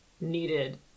needed